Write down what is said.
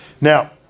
Now